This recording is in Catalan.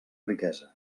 riquesa